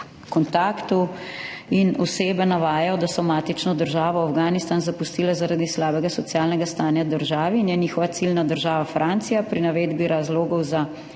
kontaktu in osebe navajajo, da so matično državo Afganistan zapustile zaradi slabega socialnega stanja v državi in je njihova ciljna država Francija. Pri navedbi razlogov za